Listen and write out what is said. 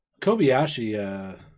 Kobayashi